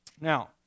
Now